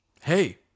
hey